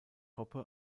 hoppe